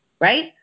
Right